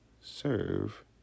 serve